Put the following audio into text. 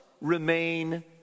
remain